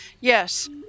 Yes